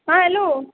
ہاں ہیلو